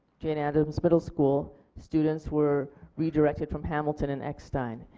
jane adams middle school students were redirected from hamilton and eckstein.